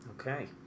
Okay